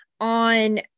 on